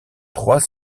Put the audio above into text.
trois